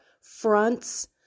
fronts